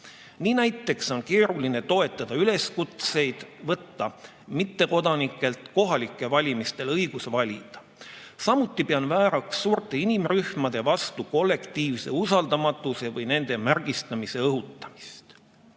Nii näiteks on keeruline toetada üleskutseid võtta mittekodanikelt kohalikel valimistel õigus valida. Samuti pean vääraks suurte inimrühmade vastu kollektiivse usaldamatuse või nende märgistamise